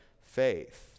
faith